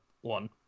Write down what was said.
one